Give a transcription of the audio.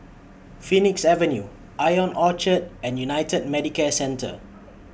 Phoenix Avenue Ion Orchard and United Medicare Centre